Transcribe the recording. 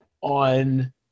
on